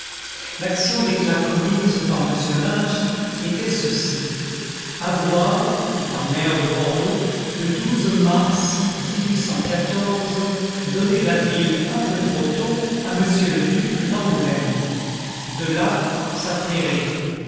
l'action d'éclat commise par m lynch était ceci avoir étant maire de bordeaux le mars donné la ville un peu trop tôt à m le duc d'angoulême de là sa pairie